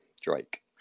Drake